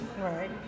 Right